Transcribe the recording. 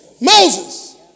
Moses